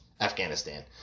Afghanistan